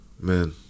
man